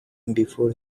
before